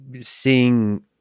seeing